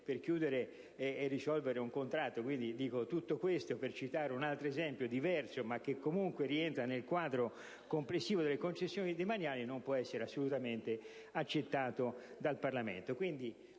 per chiudere e risolvere un contratto. Dico tutto questo per citare un altro esempio, ma che comunque rientra nel quadro complessivo delle concessioni demaniali che non può essere assolutamente accettato dal Parlamento.